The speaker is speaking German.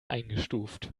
eingestuft